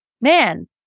man